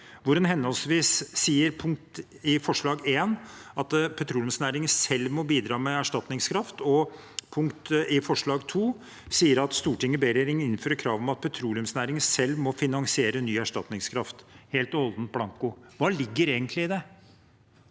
sier en henholdsvis at petroleumsnæringen selv må bidra med erstatningskraft, og at Stortinget ber regjeringen innføre krav om at petroleumsnæringen selv må finansiere ny erstatningskraft – helt og holdent. Hva ligger egentlig i det?